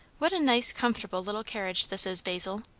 what a nice, comfortable little carriage this is, basil!